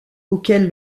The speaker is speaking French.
auquel